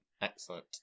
Excellent